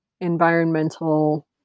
environmental